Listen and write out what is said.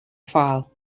file